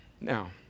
Now